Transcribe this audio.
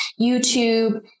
YouTube